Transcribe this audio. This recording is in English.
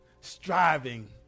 striving